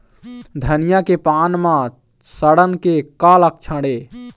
धनिया के पान म सड़न के का लक्षण ये?